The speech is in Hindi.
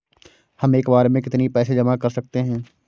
हम एक बार में कितनी पैसे जमा कर सकते हैं?